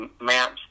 maps